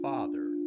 Father